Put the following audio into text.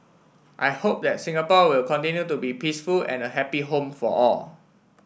I hope that Singapore will continue to be peaceful and a happy home for all